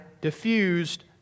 diffused